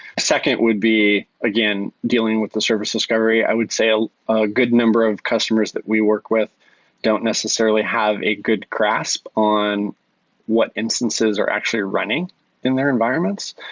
second would be, again, dealing with the service discovery. i would say ah a good number of customers that we work with don't necessarily have a good grasp on what instances are actually running in their environments,